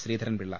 Sreedharan Pillai